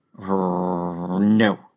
No